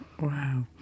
Wow